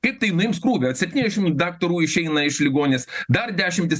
kaip tai nuims krūvį ot septyniašim daktarų išeina iš ligoninės dar dešimtys